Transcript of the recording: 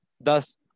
Thus